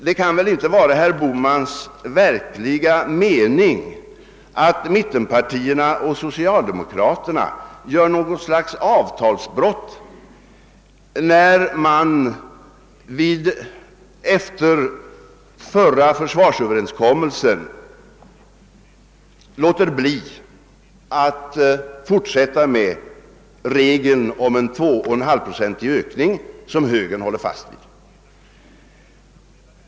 Det kan väl inte vara herr Bohmans verkliga mening att mittenpartierna och socialdemokraterna gör sig skyldiga till något slags avtalsbrott, när man efter förra försvarsöverenskommelsen låter bli att fortsätta med regeln om en 2,5-procentig ökning som högern håller fast vid.